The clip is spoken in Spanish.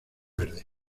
verde